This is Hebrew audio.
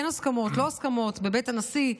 כן הסכמות ולא הסכמות בבית הנשיא,